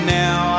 now